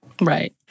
Right